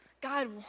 God